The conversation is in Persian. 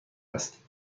است